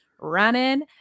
running